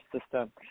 system